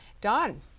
Don